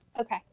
Okay